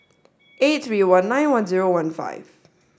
eight three one nine one zero one five